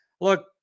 Look